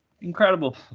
Incredible